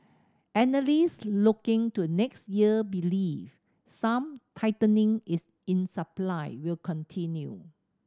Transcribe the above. analysts looking to next year believe some tightening is in supply will continue